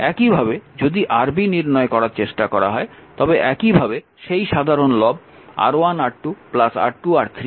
একইভাবে যদি এখন Rb নির্ণয় করার চেষ্টা করা হয় তবে একইভাবে এই সাধারণ লব R1R2 R2R3 R3R1 আসবে